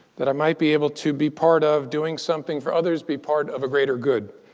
that i might be able to be part of doing something for others, be part of a greater good.